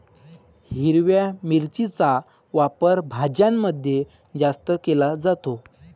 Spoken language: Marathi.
हिरव्या मिरचीचा वापर भाज्यांमध्ये जास्त केला जातो